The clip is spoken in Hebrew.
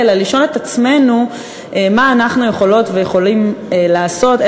אלא לשאול את עצמנו מה אנחנו יכולות ויכולים לעשות,